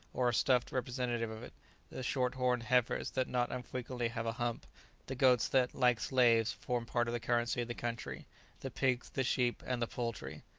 or a stuffed representative of it the short-horned heifers that not unfrequently have a hump the goats that, like slaves, form part of the currency of the country the pigs, the sheep, and the poultry.